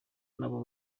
nabo